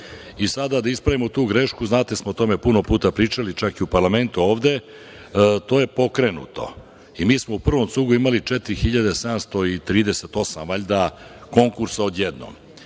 norme. Sada da ispravimo tu grešku, znate jer smo o tome puno puta pričali, čak i u parlamentu ovde, to je pokrenuto i mi smo u prvom cugu imali 4.738, valjda, konkursa odjednom.